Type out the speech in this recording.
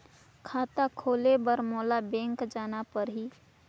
खाता खोले बर मोला बैंक जाना परही?